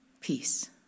peace